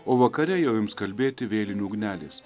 o vakare jau ims kalbėti vėlinių ugnelės